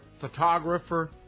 photographer